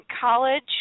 college